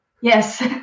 Yes